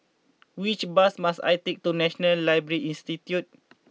which bus must I take to National Library Institute